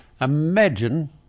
Imagine